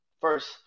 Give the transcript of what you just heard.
first